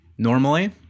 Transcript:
Normally